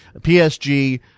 PSG